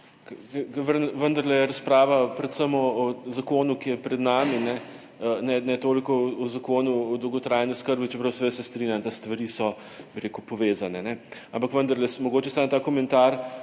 vendarle razprava predvsem o zakonu, ki je pred nami, ne toliko o Zakonu o dolgotrajni oskrbi. Čeprav seveda se strinjam, da stvari so, bi rekel, povezane, ampak vendarle mogoče samo ta komentar